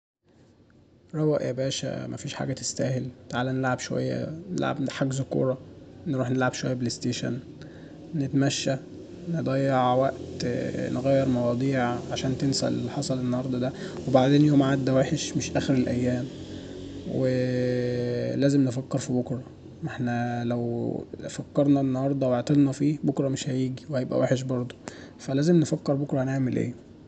روق ياباشا مفيش حاجة تستاهل تعالى نلعب شوية نلعب حجز كورة نروح نلعب شوية بلايستيشن نتمشى نضيع وقت تغير مواضيع عشان تنسى الللي حصل النهاردة دا وبعدين يوم عدى وحش مش أخر الايامولازم نفكر في بكرا ماحنا لو فكرنا في النهارده وعطلنا فيه بكرا مش هييجي وهيبقى وحش برضو فلازمنفكر بكرا هنعمل ايه